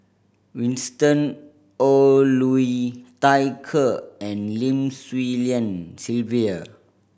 Winston Oh Liu Thai Ker and Lim Swee Lian Sylvia